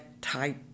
type